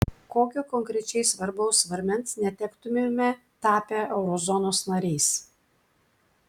kokio konkrečiai svarbaus svarmens netektumėme tapę eurozonos nariais